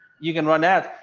you can run ads.